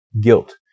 Guilt